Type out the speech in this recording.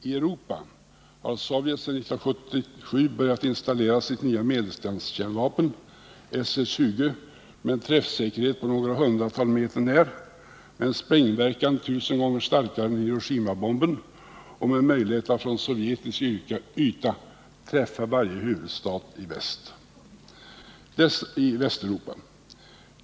I Europa har Sovjet sedan 1977 börjat installera sitt medeldistanskärnvapen, SS 20, med en träffsäkerhet på några hundratals meter när, med en sprängverkan tusen gånger starkare än Hiroshimabombens och med möjlighet att från sovjetisk yta träffa varje huvudstad i Västeuropa.